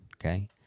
okay